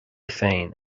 féin